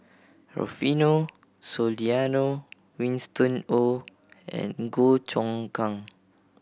Rufino Soliano Winston Oh and Goh Choon Kang